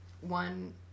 one